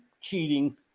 cheating